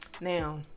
Now